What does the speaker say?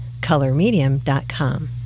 Colormedium.com